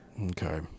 okay